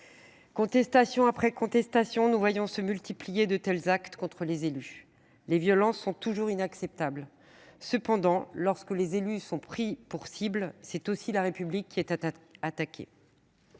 Contestation après contestation, nous voyons se multiplier de tels actes contre les élus. Les violences sont toujours inacceptables. Cependant, lorsque des élus sont pris pour cible, c’est la République qui est attaquée.